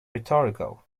rhetorical